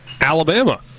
Alabama